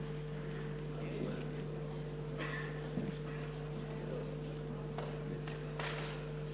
אורי אורבך, המיועד להיות השר לאזרחים ותיקים.